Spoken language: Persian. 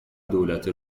دولت